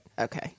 Okay